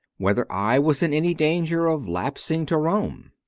whether i was in any danger of lapsing to rome.